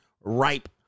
ripe